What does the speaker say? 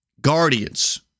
Guardians